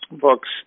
books